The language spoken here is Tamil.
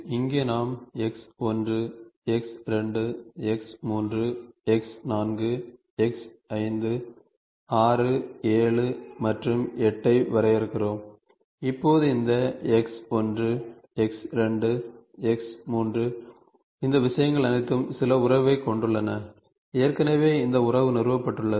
இங்கே நாம் X1 X2 X3 X4 X5 6 7 மற்றும் 8 ஐ வரையறுக்கிறோம் இப்போது இந்த X1 X2 X3 இந்த விஷயங்கள் அனைத்தும் சில உறவைக் கொண்டுள்ளன ஏற்கனவே இந்த உறவு நிறுவப்பட்டுள்ளது